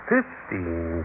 Fifteen